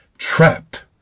Trapped